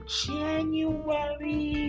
January